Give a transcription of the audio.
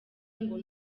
ngo